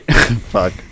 Fuck